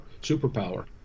superpower